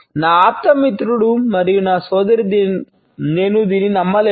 నా ఆప్త మిత్రుడు మరియు నా సోదరి నేను దీన్ని నమ్మలేను